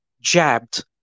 jabbed